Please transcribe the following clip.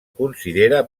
considera